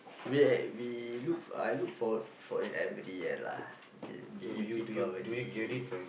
we at we look I look forward forward every year lah be it Deepavali